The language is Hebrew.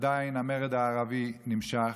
המרד הערבי עדיין נמשך.